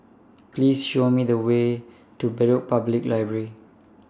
Please Show Me The Way to Bedok Public Library